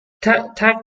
tack